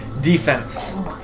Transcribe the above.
defense